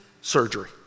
surgery